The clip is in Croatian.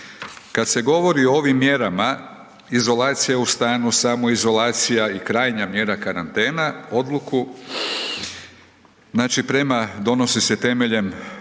kad se govori o ovim mjerama izolacija u satnu, samoizolacija i krajnja mjera karantena odluku znači prema, donosi se temeljem